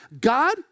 God